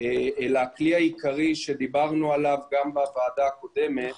אלא הכלי העיקרי שדיברנו עליו גם בוועדה הקודמת -- נכון.